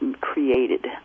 created